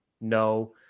No